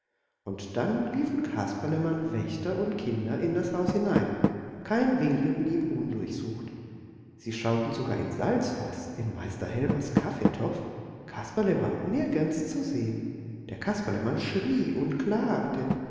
und dann liefen kasperlemann wächter und kinder in das haus hinein kein winkel blieb undurchsucht sie schauten sogar ins salzfaß in meister helmers kaffeetopf kasperle war nirgends zu sehen der kasperlemann schrie und klagte